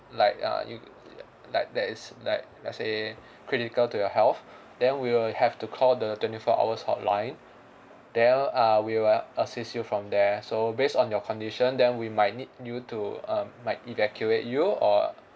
like uh you like there is like let's say critical to your health then we'll have to call the twenty four hours hotline then uh we will assist you from there so based on your condition then we might need you to uh might evacuate you or